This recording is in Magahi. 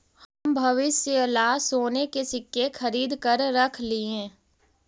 हम भविष्य ला सोने के सिक्के खरीद कर रख लिए